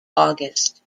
august